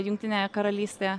jungtinėje karalystėje